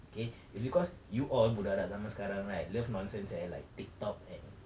okay is because you all budak-budak zaman sekarang right love nonsense eh like TikTok and